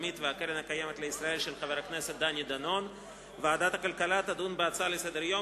כדלקמן: ועדת החוץ והביטחון תדון בהצעה לסדר-היום